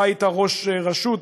אתה היית ראש רשות,